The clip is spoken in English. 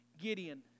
Gideon